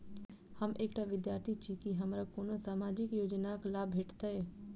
हम एकटा विद्यार्थी छी, की हमरा कोनो सामाजिक योजनाक लाभ भेटतय?